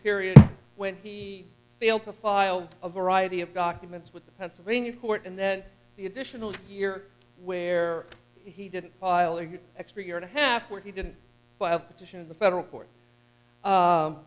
period when he failed to file a variety of documents with the pennsylvania court and then the additional year where he didn't file or you extra year and a half where he didn't have to show the federal court